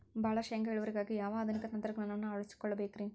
ಭಾಳ ಶೇಂಗಾ ಇಳುವರಿಗಾಗಿ ಯಾವ ಆಧುನಿಕ ತಂತ್ರಜ್ಞಾನವನ್ನ ಅಳವಡಿಸಿಕೊಳ್ಳಬೇಕರೇ?